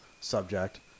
subject